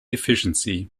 efficiency